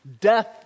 Death